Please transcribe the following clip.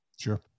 Sure